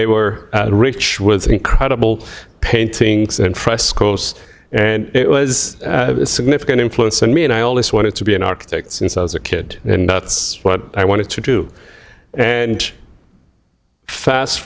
they were rich with incredible paintings and frescoes and it was a significant influence on me and i always wanted to be an architect since i was a kid and that's what i wanted to do and fast